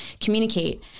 communicate